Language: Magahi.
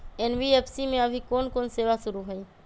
एन.बी.एफ.सी में अभी कोन कोन सेवा शुरु हई?